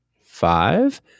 five